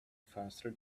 faster